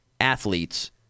athletes